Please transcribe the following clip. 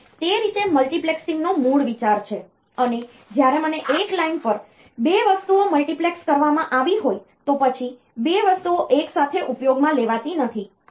તેથી તે રીતે મલ્ટિપ્લેક્સિંગ નો મૂળ વિચાર છે અને જ્યારે મને એક લાઇન પર 2 વસ્તુઓ મલ્ટિપ્લેક્સ કરવામાં આવી હોય તો પછી 2 વસ્તુઓ એકસાથે ઉપયોગમાં લેવાતી નથી